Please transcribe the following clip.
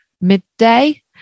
midday